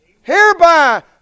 Hereby